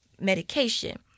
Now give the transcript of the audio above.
medication